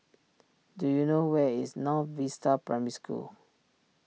do you know where is North Vista Primary School